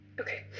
Okay